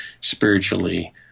spiritually